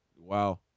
Wow